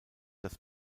das